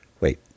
wait